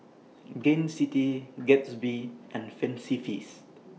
Gain City Gatsby and Fancy Feast